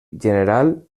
general